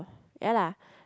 ya lah